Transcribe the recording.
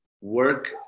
work